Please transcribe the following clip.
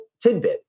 tidbit